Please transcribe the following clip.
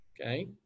Okay